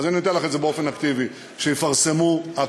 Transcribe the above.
אז אני נותן לך את זה באופן אקטיבי: שיפרסמו הכול,